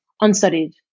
unstudied